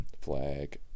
Flag